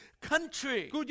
country